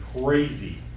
crazy